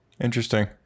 Interesting